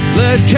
let